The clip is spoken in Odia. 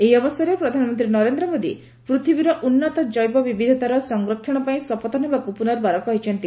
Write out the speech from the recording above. ଏହି ଅବସରରେ ପ୍ରଧାନମନ୍ତ୍ରୀ ନରେନ୍ଦ୍ର ମୋଦି ପୃଥିବୀର ଉନ୍ନତ ଜୈବ ବିବିଧତାର ସଂରକ୍ଷଣ ପାଇଁ ଶପଥ ନେବାକୁ ପୁର୍ନବାର କହିଛନ୍ତି